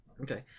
Okay